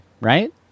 right